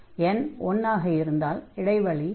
n1 ஆக இருந்தால் இடைவெளி இல் இருந்து 2π ஆக இருக்கும்